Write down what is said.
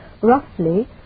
roughly